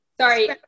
sorry